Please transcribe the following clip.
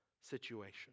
situation